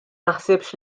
naħsibx